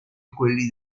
quelli